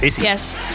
Yes